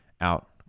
out